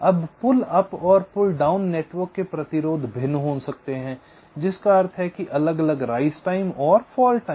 अब pull up और pull down network के प्रतिरोध भिन्न हो सकते हैं जिसका अर्थ है अलग अलग राइज टाइम और फॉल टाइम